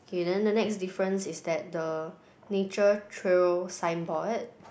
Kay then the next difference is that the nature trail signboard